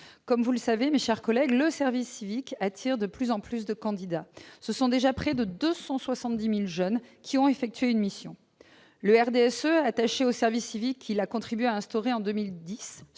Comme vous le savez, mes chers collègues, le service civique attire de plus en plus de candidats. Ce sont déjà près de 270 000 jeunes qui ont effectué une mission. Le RDSE, attaché au service civique qu'il a contribué à instaurer en 2010,